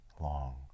long